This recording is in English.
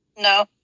No